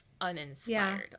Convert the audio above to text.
uninspired